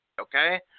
okay